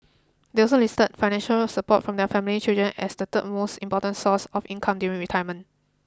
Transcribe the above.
they also listed financial support from their family children as the third most important source of income during retirement